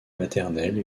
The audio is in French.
maternelle